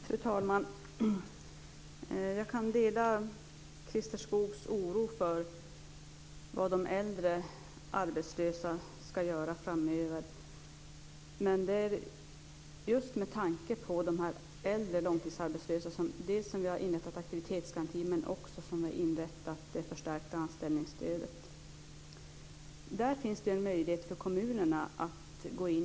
Fru talman! Jag kan dela Christer Skoogs oro för vad de äldre arbetslösa ska göra framöver. Men det är just med tanke på de äldre långtidsarbetslösa som vi har inrättat aktivitetsgarantin men också inrättat det förstärkta anställningsstödet. Där finns det en möjlighet för kommunerna att gå in.